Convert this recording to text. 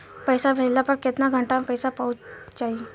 पैसा भेजला पर केतना घंटा मे पैसा चहुंप जाई?